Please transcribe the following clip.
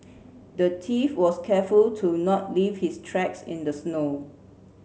the thief was careful to not leave his tracks in the snow